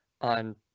on